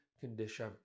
condition